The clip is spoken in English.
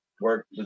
work